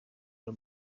ari